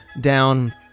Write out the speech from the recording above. down